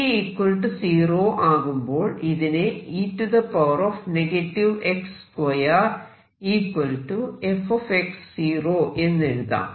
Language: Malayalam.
t 0 ആകുമ്പോൾ ഇതിനെ എന്ന് എഴുതാം